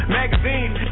magazines